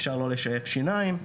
אפשר לא לשייף שיניים,